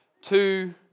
two